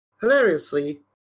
Hilariously